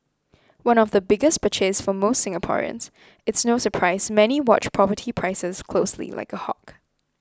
one of the biggest purchase for most Singaporeans it's no surprise many watch property prices closely like a hawks